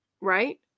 Right